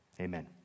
Amen